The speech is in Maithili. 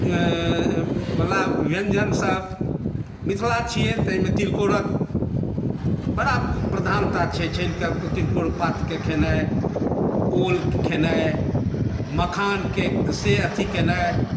वला व्यञ्जनसभ मिथिला छियै तऽ एहिमे तिलकोर बड़ा प्रधानता छै छानिके तिलकोर पातके खेनाइ ओल खेनाइ मखानके से अथी केनाइ